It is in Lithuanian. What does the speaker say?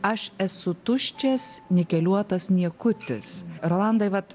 aš esu tuščias nikeliuotas niekutis rolandai vat